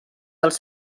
dels